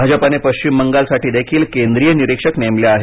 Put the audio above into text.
भाजपाने पश्चिम बंगालसाठी देखील केंद्रीय निरीक्षक नेमले आहेत